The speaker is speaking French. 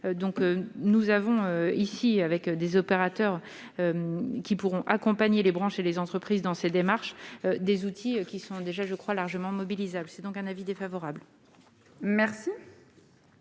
donc nous avons ici avec des opérateurs qui pourront accompagner les branches et les entreprises dans ses démarches, des outils qui sont déjà, je crois, largement mobilisables, c'est donc un avis défavorable. Merci